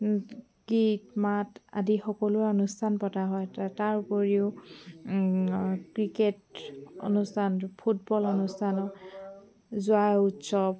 গীত মাত আদিৰ সকলো অনুষ্ঠান পতা হয় তাৰ উপৰিও ক্ৰিকেট অনুষ্ঠান ফুটবল অনুষ্ঠানৰ যোৱা উৎসৱ